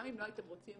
גם אם לא הייתם רוצים,